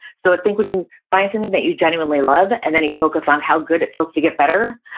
so i think when you find something that you genuinely love and then you focus on how good it feels to get better,